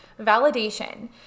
Validation